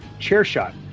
CHAIRSHOT